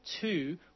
two